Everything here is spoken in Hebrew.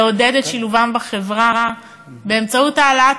לעודד את שילובם בחברה באמצעות העלאת